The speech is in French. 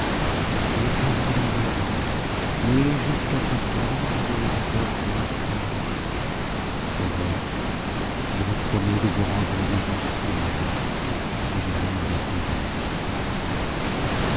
vous l'épouserez dans deux ans mais jusqu'à ce temps vous aurez encore bien des traverses au reste je vous promets de vous rendre une visite tous les mois et je mènerai biby avec moi